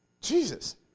Jesus